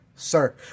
Sir